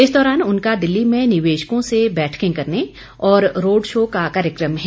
इस दौरान उनका दिल्ली में निवेशकों से बैठकें करने और रोड़ शो का कार्यकम है